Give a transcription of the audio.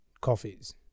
coffees